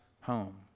home